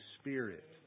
Spirit